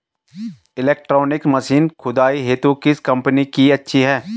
Electronic machine खुदाई हेतु किस कंपनी की अच्छी है?